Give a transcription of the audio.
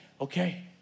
okay